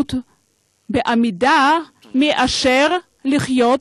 למות בעמידה מאשר לחיות